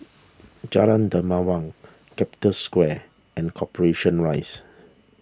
Jalan Dermawan Capital Square and Corporation Rise